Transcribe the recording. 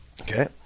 Okay